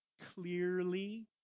clearly